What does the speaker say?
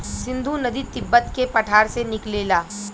सिन्धु नदी तिब्बत के पठार से निकलेला